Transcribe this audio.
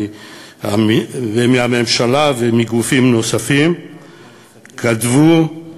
מהממשלה ומגופים נוספים כתבו.